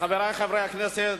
חברי חברי הכנסת,